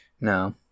No